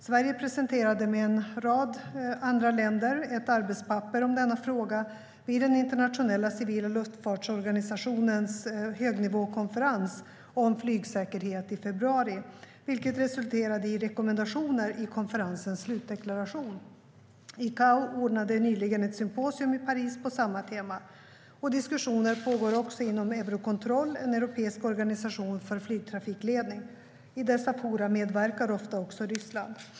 Sverige presenterade med en rad andra länder ett arbetspapper om denna fråga vid den internationella civila luftfartsorganisationens högnivåkonferens om flygsäkerhet i februari, vilket resulterade i rekommendationer i konferensens slutdeklaration. ICAO ordnade nyligen ett symposium i Paris på samma tema. Diskussioner pågår också inom Eurocontrol, en europeisk organisation för flygtrafikledning. I dessa forum medverkar ofta också Ryssland.